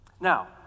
Now